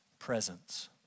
Presence